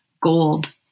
gold